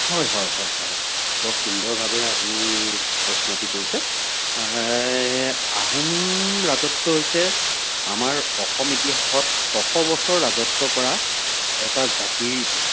হয় হয় হয় বৰ সুন্দৰভাৱে আপুনি প্ৰস্তুতি কৰিছে আহোম ৰাজত্ব হৈছে আমাৰ অসম ইতিহাসত ছশ বছৰ ৰাজত্ব কৰা এটা জাতিৰ